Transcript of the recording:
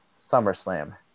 SummerSlam